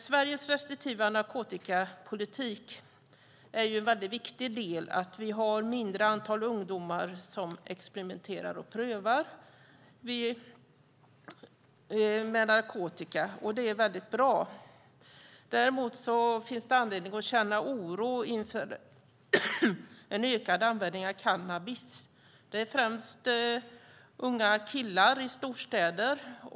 Sveriges restriktiva narkotikapolitik är en viktig orsak till att vi har färre ungdomar som experimenterar och prövar narkotika. Det är mycket bra. Däremot finns det anledning att känna oro inför den ökade användningen av cannabis, främst bland unga killar i storstäder.